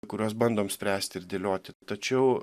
kuriuos bandom spręsti ir dėlioti tačiau